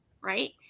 right